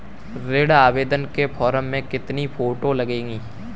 ऋण आवेदन के फॉर्म में कितनी फोटो लगेंगी?